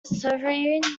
sovereign